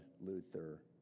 Luther